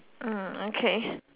uh okay